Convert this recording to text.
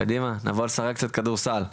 קדימה, אז נבוא לשחק קצת כדורסל.